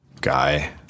guy